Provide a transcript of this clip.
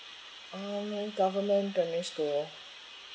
um government primary school